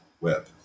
web